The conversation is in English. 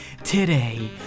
today